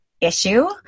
issue